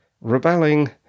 rebelling